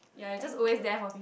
thank you